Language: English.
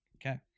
Okay